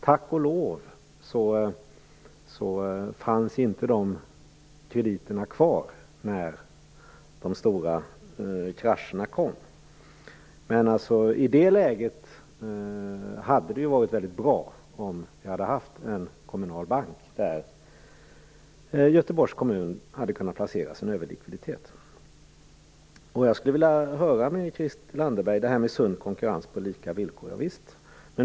Tack och lov fanns inte dessa krediter kvar när de stora krascherna kom. I det läget hade det varit väldigt bra om vi hade haft en kommunal bank där Göteborgs kommun hade kunnat placera sin överlikviditet. Jag skulle vilja fråga Christel Anderberg om det här med sund konkurrens på lika villkor.